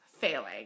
failing